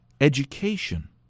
education